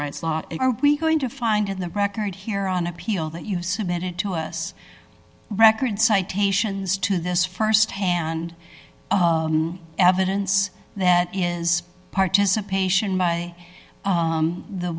rights laws are we going to find in the record here on appeal that you've submitted to us record citations to this st hand evidence that is participation by